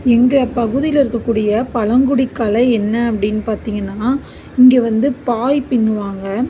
எங்கள் பகுதியில இருக்கக்கூடிய பழங்குடி கலை என்ன அப்படின்னு பார்த்திங்கன்னா இங்கே வந்து பாய் பின்னுவாங்கள்